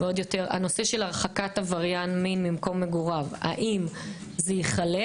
נושא של הרחקת עבריין מין ממקום מגוריו האם זה ייכלל